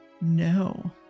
No